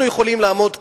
אנחנו יכולים לעמוד כאן,